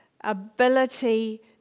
ability